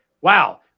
wow